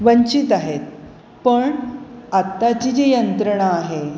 वंचित आहेत पण आत्ताची जी यंत्रणा आहे